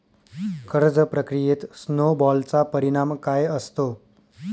कर्ज प्रक्रियेत स्नो बॉलचा परिणाम काय असतो?